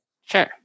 Sure